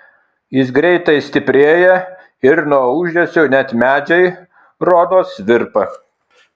jis greitai stiprėja ir nuo ūžesio net medžiai rodos virpa